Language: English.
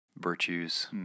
virtues